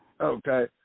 Okay